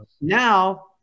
Now